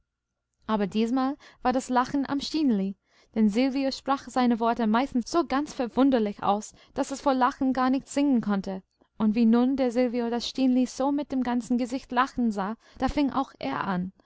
aber diesmal war das lachen am stineli denn silvio sprach seine worte meistens so ganz verwunderlich aus daß es vor lachen gar nicht singen konnte und wie nun der silvio das stineli so mit dem ganzen gesicht lachen sah da fing auch er an